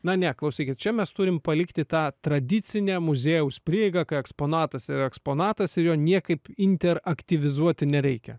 na ne klausykit čia mes turim palikti tą tradicinę muziejaus prieigą kai eksponatas yra eksponatas ir jo niekaip inter aktyvizuoti nereikia